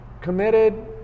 committed